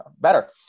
better